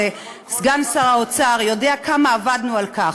סגן שר האוצר יודע כמה עבדנו על כך.